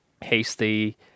Hasty